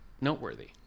noteworthy